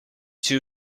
too